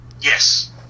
yes